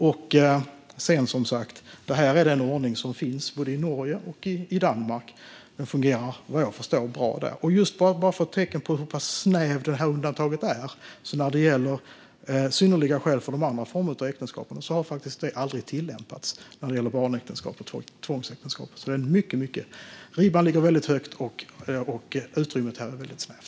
Detta är, som sagt, den ordning som finns både i Norge och i Danmark, och vad jag förstår fungerar den bra där. När det gäller synnerliga skäl för de andra formerna av äktenskap - när det gäller barnäktenskap eller tvångsäktenskap - har detta faktiskt aldrig tillämpats, vilket är ett tecken på hur snävt detta undantag är. Ribban ligger väldigt högt, och utrymmet här är väldigt snävt.